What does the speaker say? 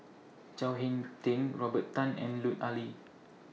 Chao Hick Tin Robert Tan and Lut Ali